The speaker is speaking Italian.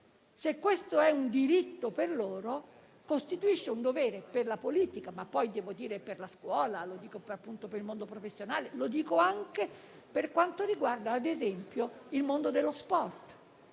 Se questo è un diritto per loro, costituisce un dovere per la politica, ma poi per la scuola, soprattutto per il mondo professionale e anche per quanto riguarda, ad esempio, il mondo dello sport.